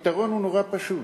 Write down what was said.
הפתרון הוא נורא פשוט.